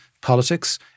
politics